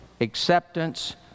acceptance